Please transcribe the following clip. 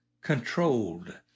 controlled